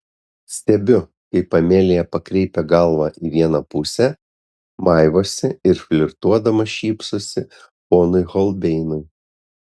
stebiu kaip amelija pakreipia galvą į vieną pusę maivosi ir flirtuodama šypsosi ponui holbeinui